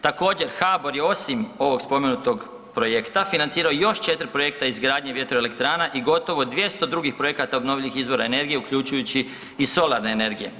Također, HABOR je osim ovog spomenutog projekta financirao još 4 projekta izgradnje vjetroelektrana i gotovo 200 drugih projekata obnovljivih izvora energije uključujući i solarne energije.